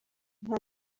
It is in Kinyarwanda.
nta